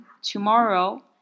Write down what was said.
tomorrow